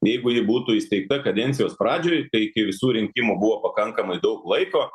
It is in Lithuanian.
jeigu ji būtų įsteigta kadencijos pradžioj tai iki visų rinkimų buvo pakankamai daug laiko